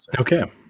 okay